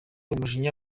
umujinya